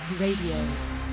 Radio